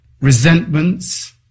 resentments